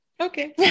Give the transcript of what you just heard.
Okay